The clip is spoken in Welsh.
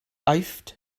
aifft